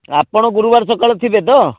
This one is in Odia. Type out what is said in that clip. ଆପଣ ଗୁରୁବାର ସକାଳେ ଥିବେ ତ